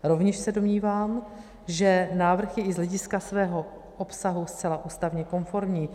Rovněž se domnívám, že návrh je i z hlediska svého obsahu zcela ústavně konformní.